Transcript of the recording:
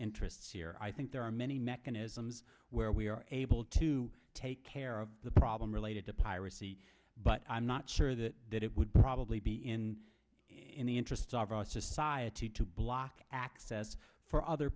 interest here i think there are many mechanisms where we are able to take care of the problem related to piracy but i'm not sure that that it would probably be in in the interests of our society to block access for other